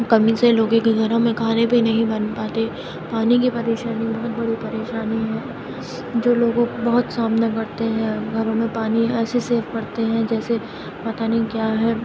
کمی سے لوگوں کے گھروں میں کھانے بھی نہیں بن پاتے پانی کی پریشانی بہت بڑی پریشانی ہے جو لوگوں کو بہت سامنا کرتے ہیں گھروں میں پانی ایسے سیو کرتے ہیں جیسے پتہ نہیں کیا ہے